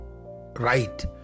right